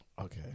Okay